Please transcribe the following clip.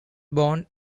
born